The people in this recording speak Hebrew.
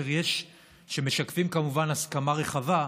שמשקפים כמובן הסכמה רחבה,